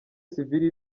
sivile